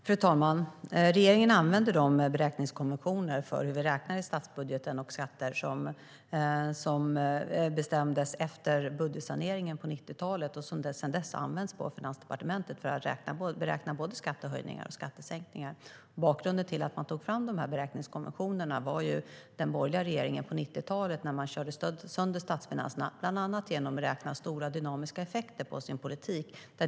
Fru talman! Regeringen använder de beräkningskonventioner för statsbudgeten och skatter som bestämdes efter budgetsaneringen på 90-talet. Dessa beräkningskonventioner har sedan dess använts på Finansdepartementet för att beräkna både skattehöjningar och skattesänkningar. Bakgrunden till att man tog fram dessa beräkningskonventioner var ju att den borgerliga regeringen körde sönder statsfinanserna på 90-talat bland annat genom att beräkna stora dynamiska effekter på sin politik.